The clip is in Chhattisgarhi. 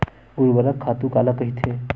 ऊर्वरक खातु काला कहिथे?